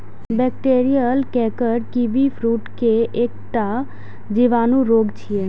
bacterial canker kiwifruit के एकटा जीवाणु रोग छियै